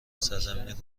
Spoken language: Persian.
سرزمین